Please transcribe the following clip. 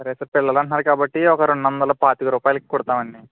సరే సార్ పిల్లలంటున్నారు కాబట్టి ఒక రెండు వందల పాతిక రూపాయలకి కుడతామండి